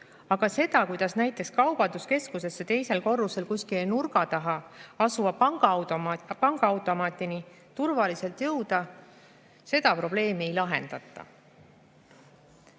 aga kuidas näiteks kaubanduskeskusesse teisel korrusel kuskil nurga taga asuva pangaautomaadini turvaliselt jõuda, seda probleemi ei lahendata.